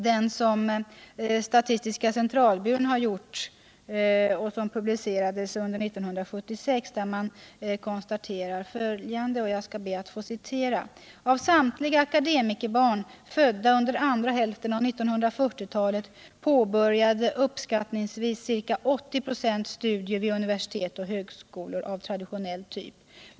den som statistiska centralbyrån publicerade 1976 och där det konstateras: ”Av samtliga akademikerbarn födda under andra hälften av 1940-talet påbörjade uppskattningsvis ca 80 96 studier vid universitet och högskolor .